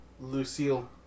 Lucille